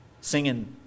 singing